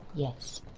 yes.